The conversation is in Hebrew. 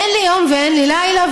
אין לי יום ואין לי לילה,